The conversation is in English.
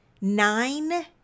nine